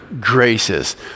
graces